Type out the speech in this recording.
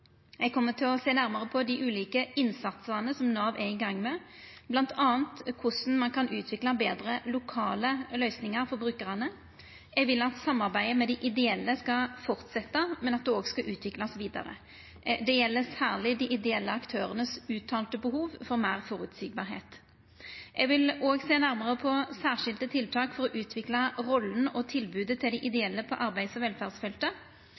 Eg kjem til å sjå nærmare på dei ulike innsatsane som Nav er i gang med, bl.a. korleis ein kan utvikla betre lokale løysingar for brukarane. Eg vil at samarbeidet med dei ideelle skal halda fram, og at det skal utviklast vidare. Det gjeld særleg dei ideelle aktørane sine uttalte behov for at det er meir føreseieleg. Eg vil òg sjå nærmare på særskilte tiltak for å utvikla rolla og tilbodet til dei ideelle på arbeids- og velferdsfeltet.